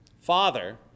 Father